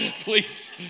please